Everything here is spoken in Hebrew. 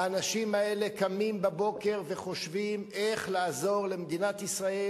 האנשים האלה קמים בבוקר וחושבים איך לעזור למדינת ישראל,